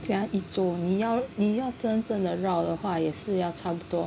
你要你要真正的绕的话也是要差不多